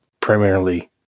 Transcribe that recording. primarily